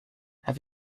have